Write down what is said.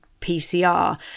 PCR